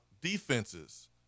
defenses